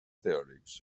teòrics